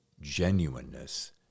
genuineness